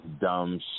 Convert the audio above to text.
dumb